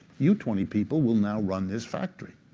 you twenty people will now run this factory.